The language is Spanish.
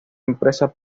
empresas